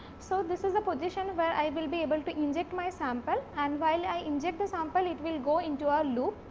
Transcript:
so, this is a position where but i will be able to inject my sample and while i inject the sample, it will go into our loop.